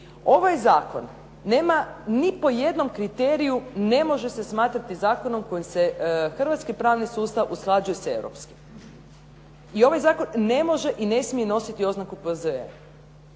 Ovaj zakon nema ni po jednom kriteriju ne može se smatrati zakonom kojim se hrvatski pravni sustav usklađuje s europskim. I ovaj zakon ne može i ne smije nositi oznaku P.Z.E.